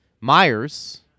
Myers